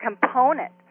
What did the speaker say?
component